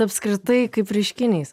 apskritai kaip reiškinys